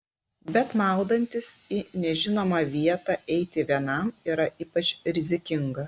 bet maudantis į nežinomą vietą eiti vienam yra ypač rizikinga